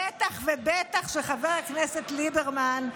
בטח ובטח שחבר הכנסת ליברמן,